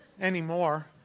anymore